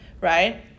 right